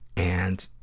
and,